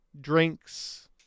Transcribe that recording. drinks